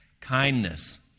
kindness